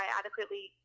adequately